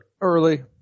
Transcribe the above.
Early